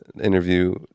interview